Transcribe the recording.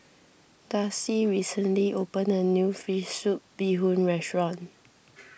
Darcie recently opened a new Fish Soup Bee Hoon restaurant